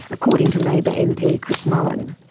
according to labour mp, chris mullin.